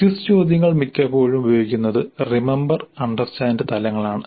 quiz ചോദ്യങ്ങൾ മിക്കപ്പോഴും ഉപയോഗിക്കുന്നത് റിമമ്പർ അണ്ടർസ്റ്റാൻഡ് തലങ്ങളാണ്